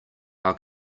our